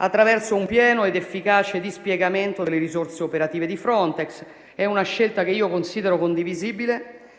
attraverso un pieno ed efficace dispiegamento delle risorse operative di Frontex. È una scelta che io considero condivisibile,